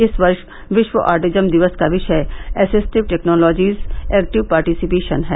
इस वर्ष विश्व ऑटिज्म दिवस का विषय एसिस्टिव टेक्नोलॉजीज एक्टीव पार्टिसिपेशन है